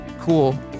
cool